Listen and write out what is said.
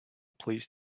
please